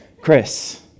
Chris